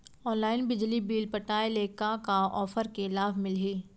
Online बिजली bill पटाय ले का का ऑफ़र के लाभ मिलही?